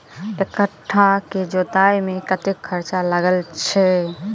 एक कट्ठा केँ जोतय मे कतेक खर्चा लागै छै?